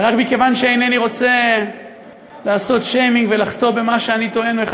רק מכיוון שאינני רוצה לעשות שיימינג ולחטוא במה שאני טוען שהוא אחד